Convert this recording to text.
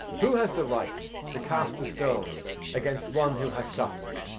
who has the right to cast a stone against one who has suffered?